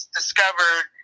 discovered